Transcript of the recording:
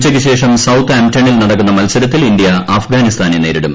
ഉച്ചയ്ക്ക് ശേഷം സൌത്ത് ആംടണിൽ നടക്കുന്ന മത്സരത്തിൽ ഇൻഡ്യ അഫ്ഗാനിസ്ഥാനെ നേരിടും